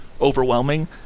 overwhelming